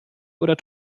oder